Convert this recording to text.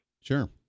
Sure